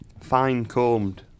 fine-combed